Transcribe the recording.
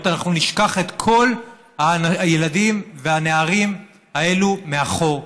אנחנו נשכח את כל הילדים והנערים האלו מאחור,